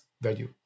value